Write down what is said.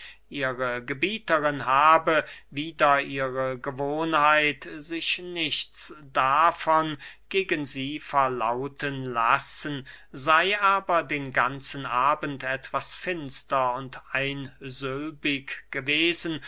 ihre gebieterin habe wider ihre gewohnheit sich nichts davon gegen sie verlauten lassen sey aber den ganzen abend etwas finster und einsylbig gewesen